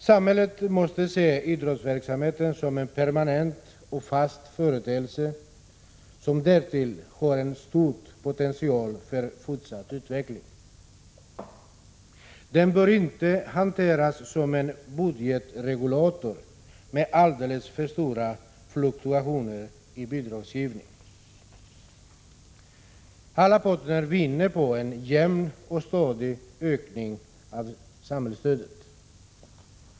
Samhället måste se idrottsverksamheten som en permanent och fast företeelse, som därtill har en stor potential för fortsatt utveckling. Den bör inte hanteras som en budgetregulator med alldeles för stora fluktuationer i bidragsgivningen. Alla parter vinner på en jämn och stadig ökning av samhällsstödet.